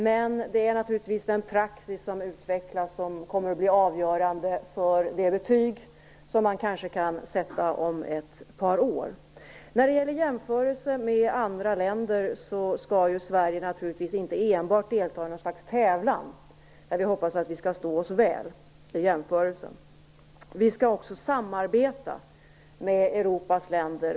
Men naturligtvis kommer den praxis som utvecklas att bli avgörande för det betyg som man kanske kan sätta om ett par år. Sverige skall inte enbart delta i något slags tävlan och hoppas att vi står oss väl i jämförelse med andra länder. Vi skall också samarbeta med Europas länder.